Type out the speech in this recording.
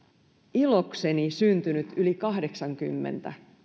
ilokseni syntynyt yli kahdeksankymmentä